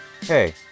Hey